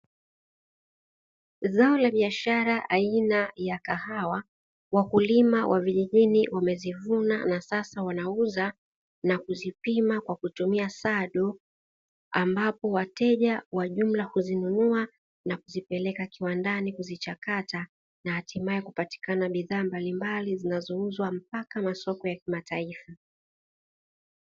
Zao la biashara aina ya kahawa, wakulima wa vijijini wamezivuna na sasa wanauza na kuzipima kwa kutumia sado, ambapo wateja wa jumla huzinunua na kuzipeleka kiwandani kuzichakata, na hatimaye kupatikana bidhaa mbalimbali zinazouzwa mpaka masoko ya kimataifa.